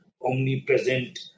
omnipresent